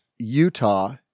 Utah